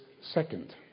second